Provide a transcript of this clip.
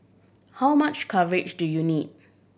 how much coverage do you need